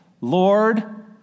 Lord